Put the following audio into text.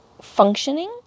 functioning